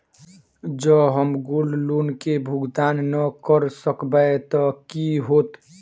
जँ हम gold loan केँ भुगतान न करऽ सकबै तऽ की होत?